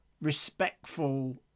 respectful